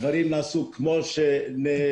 הדברים נעשו כמו שנאמרו,